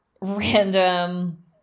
random